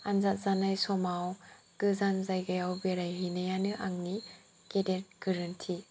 आनजाद जानाय समाव गोजान जायगायाव बेरायहैनायानो आंनि गेदेर गोरोन्थि